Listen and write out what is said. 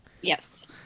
Yes